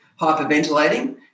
hyperventilating